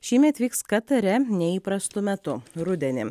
šįmet vyks katare neįprastu metu rudenį